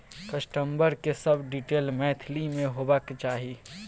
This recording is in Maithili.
कस्टमर के सब डिटेल मैथिली में होबाक चाही